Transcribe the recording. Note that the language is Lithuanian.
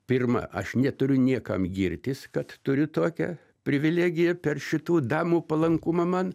pirma aš neturiu niekam girtis kad turiu tokią privilegiją per šitų damų palankumą man